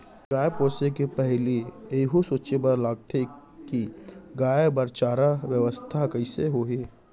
गाय पोसे के पहिली एहू सोचे बर लगथे कि गाय बर चारा बेवस्था कइसे होही